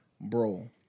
Bro